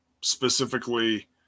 specifically